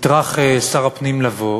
יטרח שר הפנים לבוא